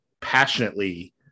passionately